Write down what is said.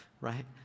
right